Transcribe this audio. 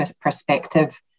perspective